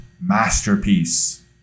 masterpiece